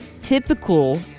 typical